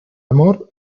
amor